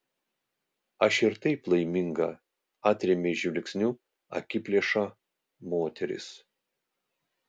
aš ir taip laiminga atrėmė žvilgsniu akiplėšą moteris